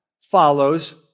follows